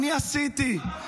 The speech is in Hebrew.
אני עשיתי.